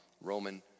Roman